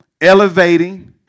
elevating